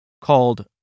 called